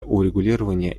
урегулирования